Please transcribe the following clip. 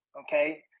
okay